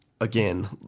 again